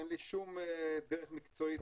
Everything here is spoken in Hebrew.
אין לי שום דרך מקצועית,